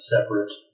separate